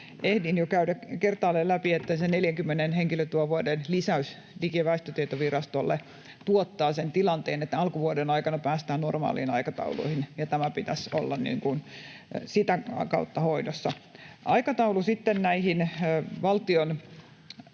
ehdin jo käydä kertaalleen läpi, että se 40 henkilötyövuoden lisäys Digi- ja väestötietovirastolle tuottaa sen tilanteen, että alkuvuoden aikana päästään normaaleihin aikatauluihin. Tämän pitäisi olla sitä kautta hoidossa. Aikataulu näiden